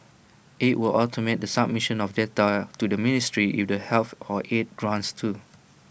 IT will automate the submission of data to the ministry if the health for aid grants too